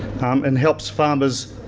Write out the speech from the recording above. and helps farmers